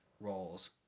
roles